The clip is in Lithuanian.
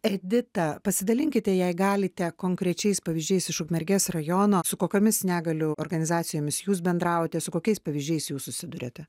edita pasidalinkite jei galite konkrečiais pavyzdžiais iš ukmergės rajono su kokiomis negalių organizacijomis jūs bendraujate su kokiais pavyzdžiais jūs susiduriate